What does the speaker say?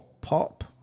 pop